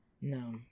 No